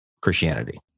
Christianity